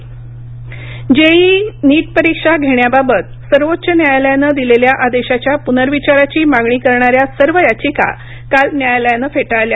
JEE NEET सर्वोच्च न्यायालय JEE NEET परीक्षा घेण्याबाबत सर्वोच्च न्यायालयानं दिलेल्या आदेशाच्या पुनर्विचाराची मागणी करणाऱ्या सर्व याचिका काल न्यायालयानं फेटाळल्या